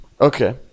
Okay